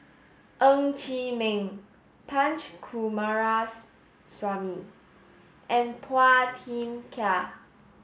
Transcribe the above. Ng Chee Meng Punch Coomaraswamy and Phua Thin Kiay